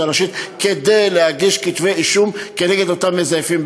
הראשית כדי להגיש כתבי אישום כנגד אותם מזייפים.